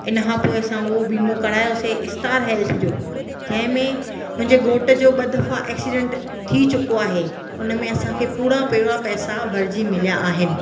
इनखां पोइ असां उहो बीमो करायोसीं स्टार हेल्थ जो जंहिंमे मुंहिंजे घोट जो ॿ दफ़ा एक्सीडेंट थी चुको आहे उन में असांखे पूरा पूरा पैसा भरिजी मिलिया आहिनि